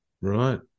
Right